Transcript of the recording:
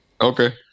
Okay